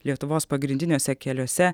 lietuvos pagrindiniuose keliuose